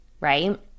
right